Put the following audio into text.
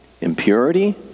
impurity